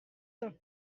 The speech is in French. honte